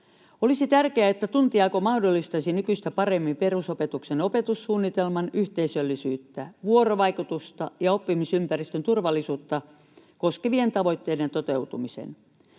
Olisi tärkeää, että tuntijako mahdollistaisi nykyistä paremmin perusopetuksen opetussuunnitelman yhteisöllisyyttä, vuorovaikutusta ja oppimisympäristön turvallisuutta koskevien tavoitteiden toteutumisen.